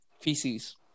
feces